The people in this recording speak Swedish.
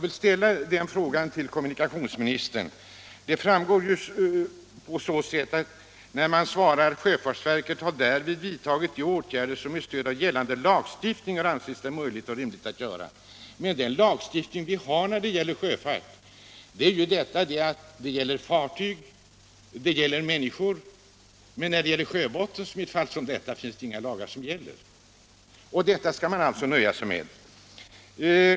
I svaret står: ”Sjöfartsverket = viss fraktfart med har därmed vidtagit de åtgärder som det med stöd av gällande lagstiftning — pråmar har ansett det möjligt och rimligt att göra.” Lagen gäller fartyg och människor, men för sjöbotten finns inga lagar. Detta kan man givetvis inte nöja sig med.